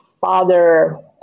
father